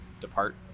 depart